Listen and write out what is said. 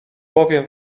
bowiem